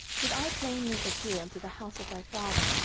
did i plainly appear unto the house of thy father,